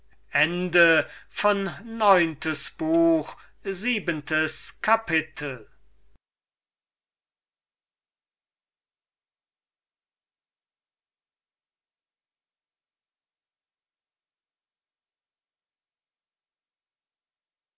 neuntes buch erstes kapitel